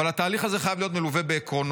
אבל התהליך הזה חייב להיות מלווה בעקרונות,